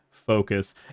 Focus